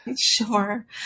Sure